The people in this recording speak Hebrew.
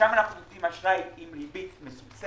שם אנחנו נותנים אשראי עם ריבית מסובסדת.